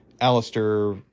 Alistair